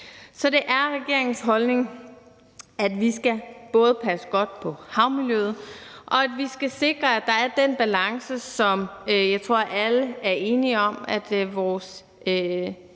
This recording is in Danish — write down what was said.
Så det er regeringens holdning, at vi både skal passe godt på havmiljøet, og at vi skal sikre, at der er den balance, som jeg tror alle er enige om at vores